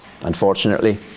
unfortunately